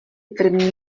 první